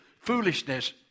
foolishness